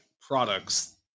products